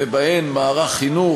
ובהן מערך חינוך,